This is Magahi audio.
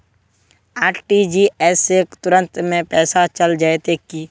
आर.टी.जी.एस से तुरंत में पैसा चल जयते की?